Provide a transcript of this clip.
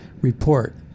Report